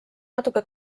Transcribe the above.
natuke